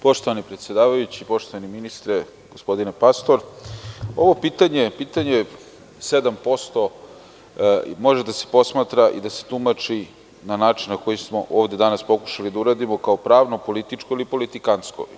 Poštovani predsedavajući, poštovani ministre, gospodine Pastor, ovo pitanje, pitanje 7% može da se posmatra i da se tumači na način na koji smo ovde danas pokušali da uradimo kao pravno-političko ili politikantsko.